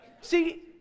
See